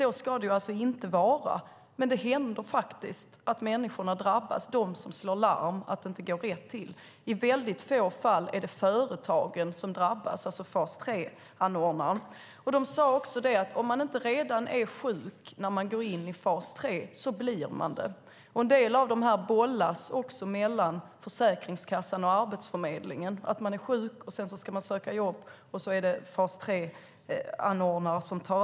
Så ska det inte vara, men det händer faktiskt att de som slår larm om att det inte går rätt till drabbas. I väldigt få fall är det företagen, alltså fas 3-anordnarna, som drabbas. De sade också att om man inte redan är sjuk när man går in i fas 3 så blir man det. En del av dem bollas också mellan Försäkringskassan och Arbetsförmedlingen. Man är sjuk, och sedan ska man söka jobb, och fas 3-anordnaren tar över.